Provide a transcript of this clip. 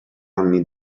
anni